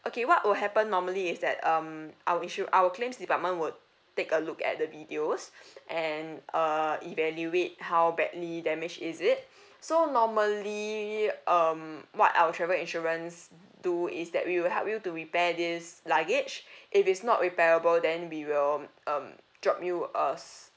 okay what will happen normally is that um our insur~ our claims department would take a look at the videos and uh evaluate how badly damaged is it so normally um what our travel insurance do is that we will help you to repair this luggage if it's not repairable then we will um drop you a